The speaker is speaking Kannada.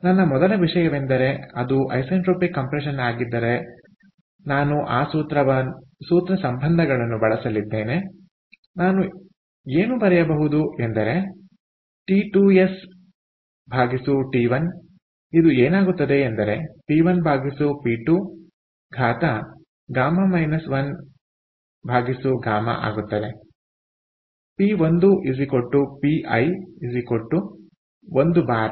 ಆದ್ದರಿಂದ ನನ್ನ ಮೊದಲ ವಿಷಯವೆಂದರೆ ಅದು ಐಸೆಂಟ್ರೊಪಿಕ್ ಕಂಪ್ರೆಷನ್ ಆಗಿದ್ದರೆ ನಾನು ಆ ಸೂತ್ರ ಸಂಬಂಧಗಳನ್ನು ಬಳಸಲಿದ್ದೇನೆ ನಾನು ಏನು ಬರೆಯಬಹುದು ಎಂದರೆ T2sT1 ಇದು ಏನಾಗುತ್ತದೆ ಎಂದರೆ P1P2γ 1γ ಆಗುತ್ತದೆ P1 Pi 1 ಬಾರ್